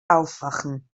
aufwachen